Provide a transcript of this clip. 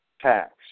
tax